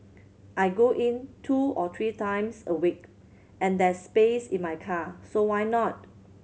I go in two or three times a week and there's space in my car so why not